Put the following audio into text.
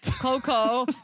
Coco